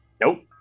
Nope